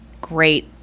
great